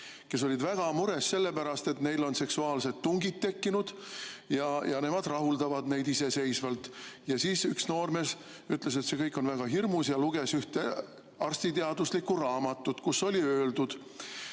kes olid väga mures sellepärast, et neil on seksuaalsed tungid tekkinud ja nemad rahuldavad neid iseseisvalt. Ja siis üks noormees ütles, et see kõik on väga hirmus, ja luges ühte arstiteaduslikku raamatut, kus oli öeldud,